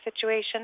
situation